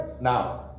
Now